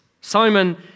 Simon